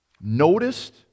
Noticed